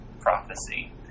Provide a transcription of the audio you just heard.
Prophecy